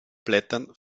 blättern